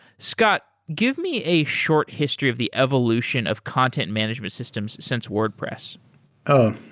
scott, give me a short history of the evolution of content management systems since wordpress oh,